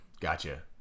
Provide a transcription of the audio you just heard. Gotcha